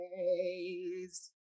days